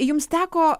jums teko